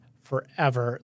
forever